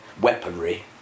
weaponry